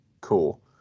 Cool